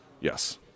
Yes